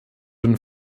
den